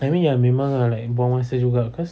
I mean ya memang ah like buang masa juga cause